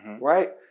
Right